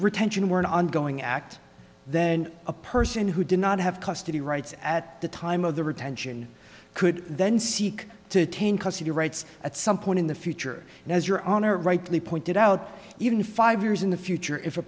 retention were an ongoing act then a person who did not have custody rights at the time of the retention could then seek to attain custody rights at some point in the future and as your honor rightly pointed out even five years in the future if a